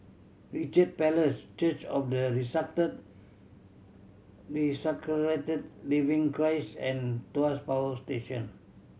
Richard Palace Church of the Resurrected Living Christ and Tuas Power Station